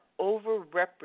overrepresented